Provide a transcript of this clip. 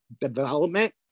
development